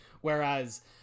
whereas